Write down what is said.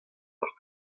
mar